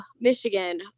michigan